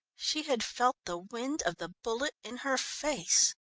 she had felt the wind of the bullet in her face.